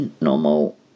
normal